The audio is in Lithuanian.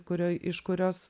kurioj iš kurios